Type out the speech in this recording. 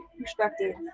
perspective